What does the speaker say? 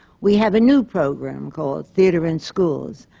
we have a new programs, called theatre in schools.